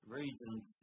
regions